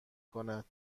کند